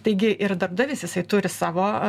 taigi ir darbdavys jisai turi savo